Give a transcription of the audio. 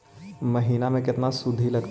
महिना में केतना शुद्ध लगतै?